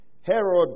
Herod